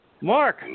Mark